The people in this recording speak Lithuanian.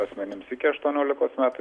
asmenims iki aštuoniolikos metų